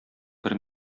бер